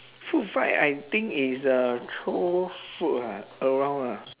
food fight I think is uh throw food ah around ah